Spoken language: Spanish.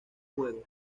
juegos